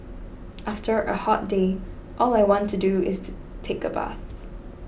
after a hot day all I want to do is take a bath